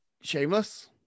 Shameless